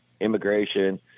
immigration